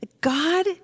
God